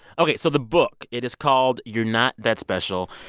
ok. so the book, it is called you're not that special,